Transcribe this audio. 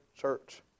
church